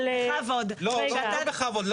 בכבוד --- לא בכבוד,